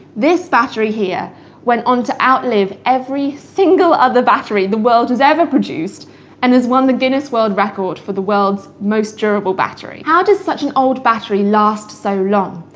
this battery here went on to outlive every single ah other battery the world has ever produced and has won the guinness world record for the world's most durable battery. how does such an old battery last so long?